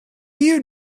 you